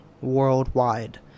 worldwide